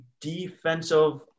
defensive